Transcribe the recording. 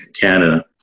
canada